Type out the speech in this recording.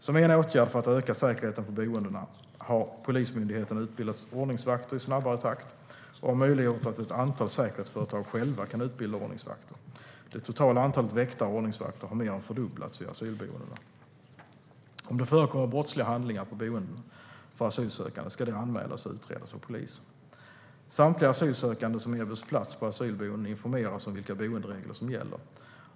Som en åtgärd för att öka säkerheten på boendena har Polismyndigheten utbildat ordningsvakter i snabbare takt och har möjliggjort att ett antal säkerhetsföretag själva kan utbilda ordningsvakter. Det totala antalet väktare och ordningsvakter har mer än fördubblats vid asylboendena. Om det förekommer brottsliga handlingar på boenden för asylsökande ska det anmälas och utredas av polisen. Samtliga asylsökande som erbjuds plats på asylboenden informeras om vilka boenderegler som gäller.